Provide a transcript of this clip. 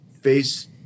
face